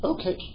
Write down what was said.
Okay